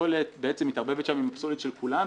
והפסולת בעצם מתערבבת שם עם הפסולת של כולם,